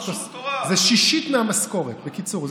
זה שישית מהמשכורת, בקיצור.